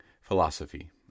philosophy